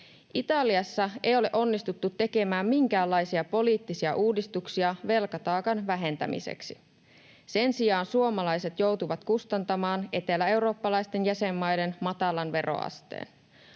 Italiassa ei ole onnistuttu tekemään minkäänlaisia poliittisia uudistuksia velkataakan vähentämiseksi. Sen sijaan suomalaiset joutuvat kustantamaan eteläeurooppalaisten jäsenmaiden matalan veroasteen.